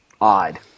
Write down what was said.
odd